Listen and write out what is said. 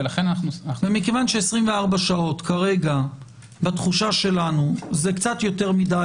ומכיוון ש-24 שעות בתחושה שלנו זה קצת יותר מדי